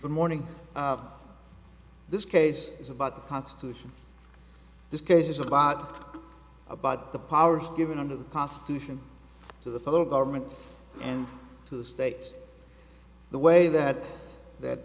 for morning this case is about the constitution this case is about about the powers given under the constitution to the federal government and to the states the way that that